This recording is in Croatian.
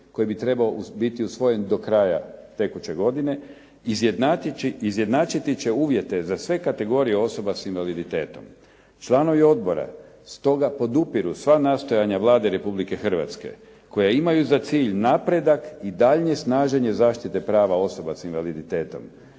koji bi trebao biti usvojen do kraja tekuće godine izjednačiti će uvjete za sve kategorije osoba s invaliditetom. Članovi odbora stoga podupiru sva nastojanja Vlade Republike Hrvatske koja imaju za cilj napredak i daljnje snaženje zaštite prava osoba s invaliditetom.